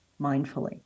mindfully